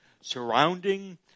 surrounding